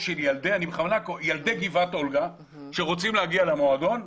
של ילדי גבעת אולגה שרוצים להגיע למועדון.